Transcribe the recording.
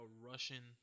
Russian